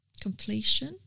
completion